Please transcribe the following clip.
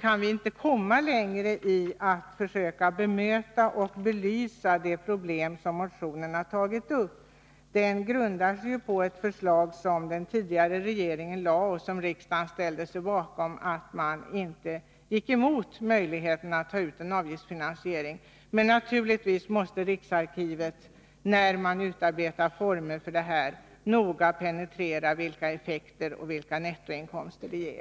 kan inte komma längre i att försöka bemöta och belysa det problem som tas upp i motionen. Den grundar sig ju på ett förslag som den förra regeringen framlade och som riksdagen ställde sig bakom. Man gick inte emot möjligheten till avgiftsfinansiering. Men naturligtvis måste riksarkivet, när man utarbetar former för detta, noga penetrera vilka effekter och nettoinkomster det ger.